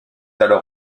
alors